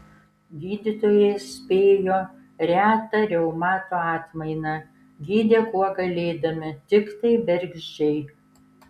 gydytojai spėjo retą reumato atmainą gydė kuo galėdami tiktai bergždžiai